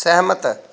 ਸਹਿਮਤ